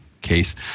case